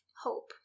Hope